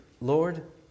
Lord